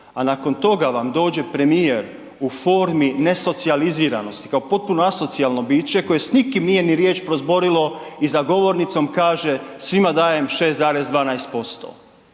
A nakon toga vam dođe premijer u formi ne socijaliziranosti kao potpuno asocijalno biće koje s nikim nije ni riječ prozborilo i za govornicom kaže, svima dajem 6,12%.